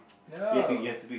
no